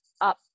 up